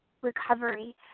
recovery